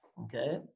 okay